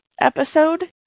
episode